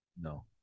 No